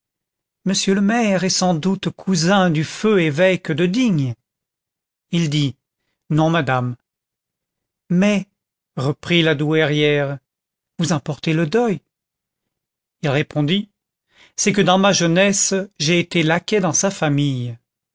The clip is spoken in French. monsieur le maire est sans doute cousin du feu évêque de digne il dit non madame mais reprit la douairière vous en portez le deuil il répondit c'est que dans ma jeunesse j'ai été laquais dans sa famille